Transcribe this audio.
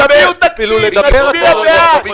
תביאו תקציב, אני אצביע בעד.